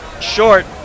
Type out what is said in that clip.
short